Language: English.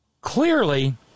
Clearly